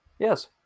Yes